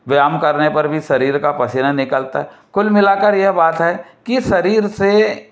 व्यायाम करने पर भी शरीर का पसीना निकलता है कुल मिलाकर यह बात है की शरीर से